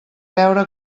veure